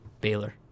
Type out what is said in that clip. Baylor